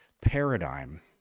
paradigm